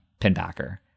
Pinbacker